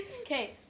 Okay